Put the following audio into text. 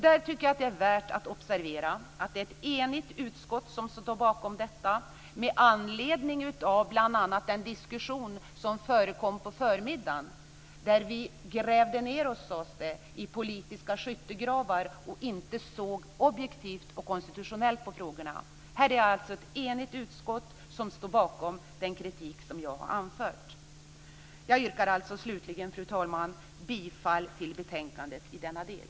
Jag tycker att det är värt att observera att det är ett enigt utskott som står bakom detta, bl.a. med anledning av en diskussion som förekom på förmiddagen där det sades att vi grävde ned oss i politiska skyttegravar och inte såg objektivt och konstitutionellt på frågorna. Här är det alltså ett enigt utskott som står bakom den kritik som jag har anfört. Jag yrkar slutligen, fru talman, på godkännande av utskottets anmälan i denna del.